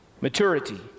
Maturity